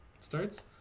starts